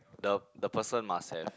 the the person must have